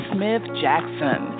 Smith-Jackson